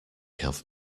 have